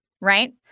right